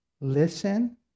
listen